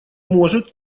может